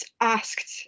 asked